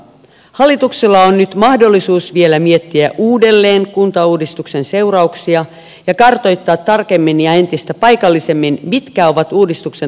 hallituksella on nyt mahdollisuus vielä miettiä uudelleen kuntauudistuksen seurauksia ja kartoittaa tarkemmin ja entistä paikallisemmin mitkä ovat uudistuksen todelliset tulokset